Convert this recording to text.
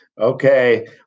Okay